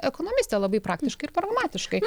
ekonomistė labai praktiškai ir pragmatiškai